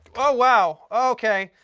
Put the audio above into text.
oh wow. okay.